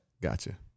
Gotcha